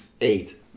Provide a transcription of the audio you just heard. eight